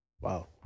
wow